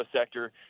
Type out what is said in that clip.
sector